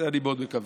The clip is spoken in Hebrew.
אני מאוד מקווה.